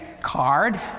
card